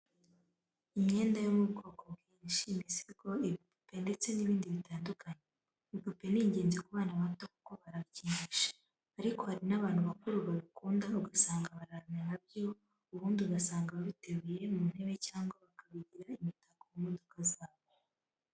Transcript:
Imyenda yo mu bwoko bwinshi, imisego, ibipupe ndetse n'ibindi bitandukanye. Ibipupe ni ingenzi ku bana bato kuko barabikinisha, ariko hari n'abantu bakuru babikunda ugasanga bararana na byo, ubundi ugasanga babiteruye mu ntebe cyangwa bakabigira imitako mu modoka zabo.